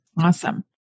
Awesome